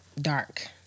dark